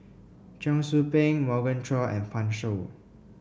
Cheong Soo Pieng Morgan Chua and Pan Shou